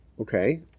Okay